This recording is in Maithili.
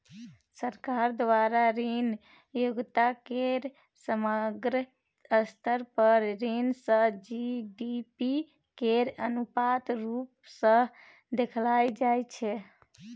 सरकार द्वारा ऋण योग्यता केर समग्र स्तर पर ऋण सँ जी.डी.पी केर अनुपात रुप सँ देखाएल जाइ छै